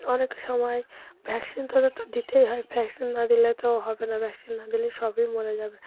অনেক সময় ভ্যাকসিন তো ওদের তো দিতেই হয় ভ্যাকসিন না দিলে তো হবে না ভ্যাকসিন না দিলে সবই মরে যাবে